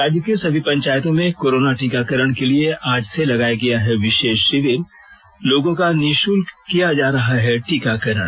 राज्य के सभी पंचायतों में कोरोना टीकाकरण के लिए आज से लगाया है विशेष शिविर लोगों का निपुल्क किया जा रहा है टीकाकरण